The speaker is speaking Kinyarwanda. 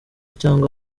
cyangwa